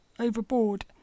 overboard